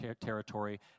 territory